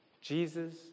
Jesus